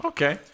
Okay